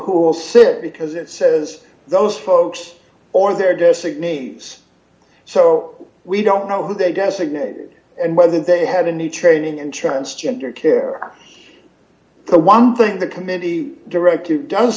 will sit because it says those folks or their designees so we don't know who they designate and whether they had a new training in transgender care the one thing the committee directed does